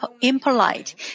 impolite